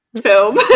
film